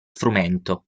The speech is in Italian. frumento